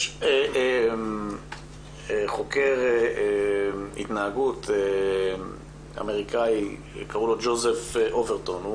יש חוקר התנהגות אמריקאי ג'וזף אוברטון,